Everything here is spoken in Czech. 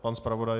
Pan zpravodaj.